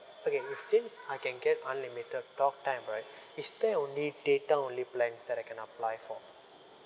okay if since I can get unlimited talk time right is there only data only plans that I can apply for